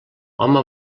home